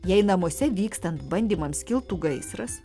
jei namuose vykstant bandymams kiltų gaisras